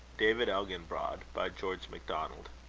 david elginbrod by george macdonald